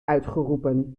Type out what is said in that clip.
uitgeroepen